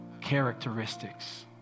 characteristics